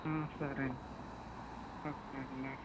సరే అండి ఓకే అండి